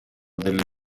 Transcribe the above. delle